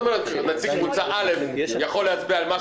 כאמור בסעיף (ב)(1) לעיל,